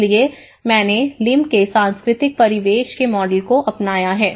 इसलिए मैंने लिम के सांस्कृतिक परिवेश के मॉडल को अपनाया है